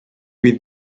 with